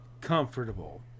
comfortable